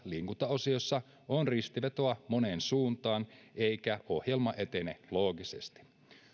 liikuntaosiossa on ristivetoa moneen suuntaan eikä ohjelma etene loogisesti